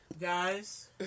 guys